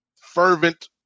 fervent